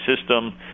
system